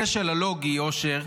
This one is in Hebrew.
הכשל הלוגי, אושר,